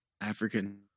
African